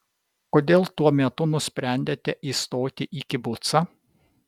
kodėl tuo metu nusprendėte įstoti į kibucą